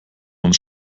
uns